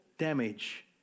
damage